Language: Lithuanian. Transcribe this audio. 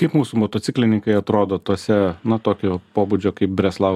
kaip mūsų motociklininkai atrodo tose na tokio pobūdžio kaip breslau